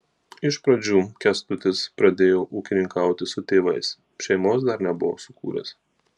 iš pradžių kęstutis pradėjo ūkininkauti su tėvais šeimos dar nebuvo sukūręs